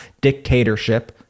dictatorship